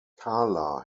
carla